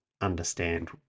understand